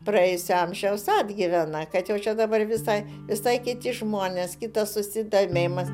praėjusio amžiaus atgyvena kad jau čia dabar visai visai kiti žmonės kitas susidomėjimas